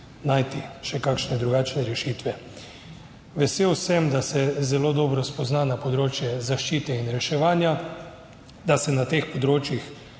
najti še kakšne drugačne rešitve. Vesel sem, da se zelo dobro spozna na področje zaščite in reševanja, da se na teh področjih